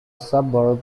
suburb